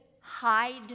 hide